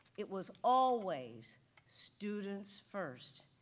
it was always students first,